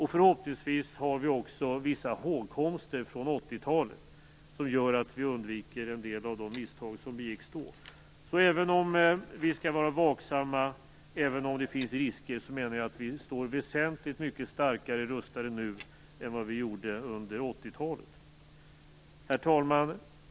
Förhoppningsvis har vi också vissa hågkomster från 80-talet som gör att vi undviker en del av de misstag som begicks då. Även om vi skall vara vaksamma och även om det finns risker står vi väsentligt mycket starkare rustade nu än vad vi gjorde under 80-talet. Herr talman!